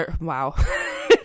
Wow